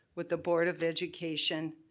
with the board of education,